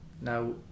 Now